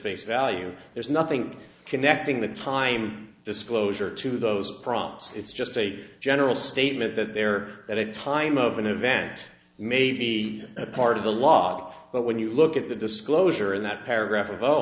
face value there's nothing connecting the time disclosure to those problems it's just a general statement that they're at a time of an event may be a part of the law but when you look at the disclosure in that paragraph of